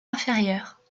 inférieure